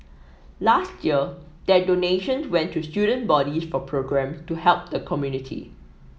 last year their donation the went to student bodies for programme to help the community